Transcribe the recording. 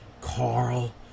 Carl